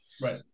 Right